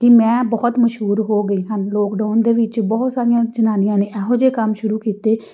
ਕਿ ਮੈਂ ਬਹੁਤ ਮਸ਼ਹੂਰ ਹੋ ਗਈ ਹਨ ਲੋਕਡਾਊਨ ਦੇ ਵਿੱਚ ਬਹੁਤ ਸਾਰੀਆਂ ਜਨਾਨੀਆਂ ਨੇ ਇਹੋ ਜਿਹੇ ਕੰਮ ਸ਼ੁਰੂ ਕੀਤੇ